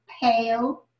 pale